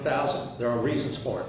thousand there are reasons for